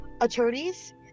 attorneys